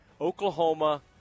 Oklahoma